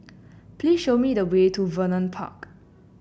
please show me the way to Vernon Park